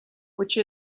which